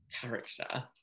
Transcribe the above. character